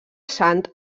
sant